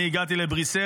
אני הגעתי לבריסל,